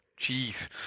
Jeez